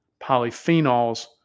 polyphenols